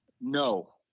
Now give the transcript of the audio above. no